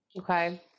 Okay